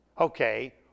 Okay